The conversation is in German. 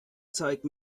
zeige